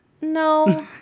No